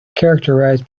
characterized